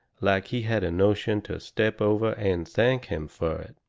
like he had a notion to step over and thank him fur it,